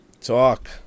Talk